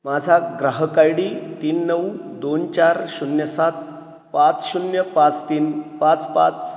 माझा ग्राहक I D तीन नऊ दोन चार शून्य सात पाच शून्य पाच तीन पाच पाच